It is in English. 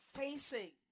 facing